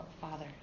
Father